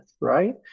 right